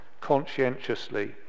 conscientiously